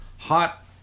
hot